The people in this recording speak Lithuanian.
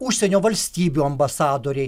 užsienio valstybių ambasadoriai